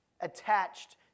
attached